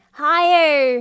higher